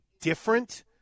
different